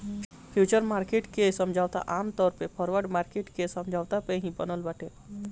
futures market के समझौता आमतौर पअ फॉरवर्ड मार्किट के समझौता पे ही बनल बाटे